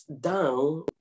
down